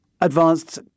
advanced